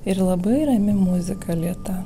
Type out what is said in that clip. ir labai rami muzika lėta